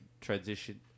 transition